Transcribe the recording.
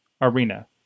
arena